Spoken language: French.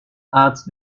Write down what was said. hâte